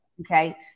Okay